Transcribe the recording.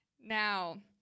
Now